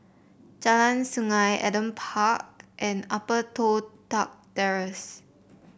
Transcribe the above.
Jalan Sungei Adam Park and Upper Toh Tuck Terrace